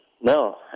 No